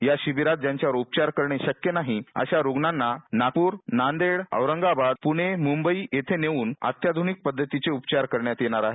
या शिबिरात ज्यांच्यावर उपचार करणे शक्य नाही अश्या रूग्णांना नापूर नांदेड औरंगाबाद पुणे मूंबई येथे नेऊन अत्याधूनिक पध्दतीचे उपचार करण्यात येणार आहे